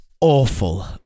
awful